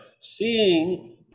seeing